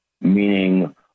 meaning